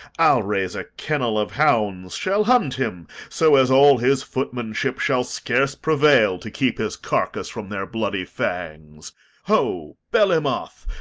i'll raise a kennel of hounds shall hunt him so as all his footmanship shall scarce prevail to keep his carcass from their bloody fangs ho, belimoth,